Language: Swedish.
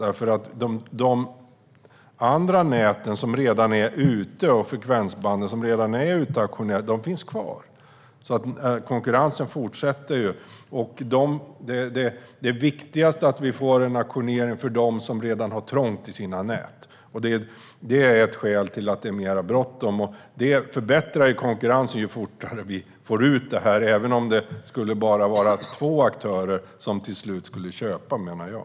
De andra näten och frekvensbanden som redan är utauktionerade finns kvar. Konkurrensen fortsätter. Det viktigaste är att vi får en auktionering för dem som redan har trångt i sina nät. Detta är ett skäl till att det är bråttom. Ju fortare vi får ut detta, desto bättre blir konkurrensen, även om det bara skulle bli två aktörer som till slut skulle köpa, menar jag.